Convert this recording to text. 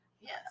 Yes